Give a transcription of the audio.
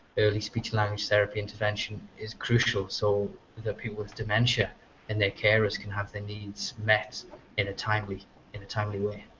early speech language therapy intervention is crucial so that people with dementia and their carers can have their needs met in a timely in a timely way.